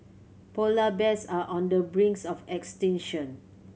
polar bears are on the brinks of extinction